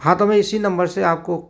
हाँ तो में इसी नंबर से आपको